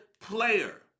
player